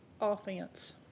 offense